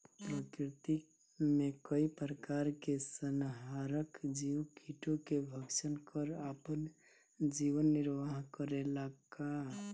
प्रकृति मे कई प्रकार के संहारक जीव कीटो के भक्षन कर आपन जीवन निरवाह करेला का?